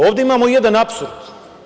Ovde imamo jedan apsurd.